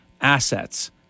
assets